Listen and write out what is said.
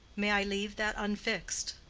may i leave that unfixed?